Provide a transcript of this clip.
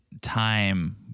time